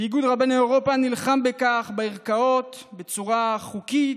ואיגוד רבני אירופה נלחם בכך בערכאות בצורה חוקית,